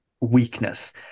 weakness